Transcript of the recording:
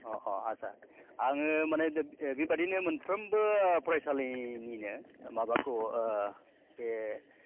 अ अ आस्सा आङो माने बेबादिनो मोनफ्रोमबो फरायसालिनिनो माबाखौ बे